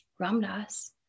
Ramdas